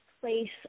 place